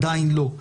עדיין לא.